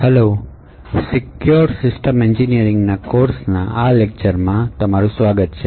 hello secure system એન્જિનિયરિંગના કોર્સમાં આ લેક્ચરમાં નમસ્તે અને સ્વાગત છે